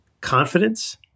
confidence